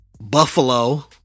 Buffalo